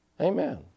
Amen